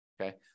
okay